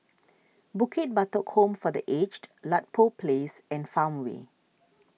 Bukit Batok Home for the Aged Ludlow Place and Farmway